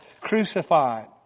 crucified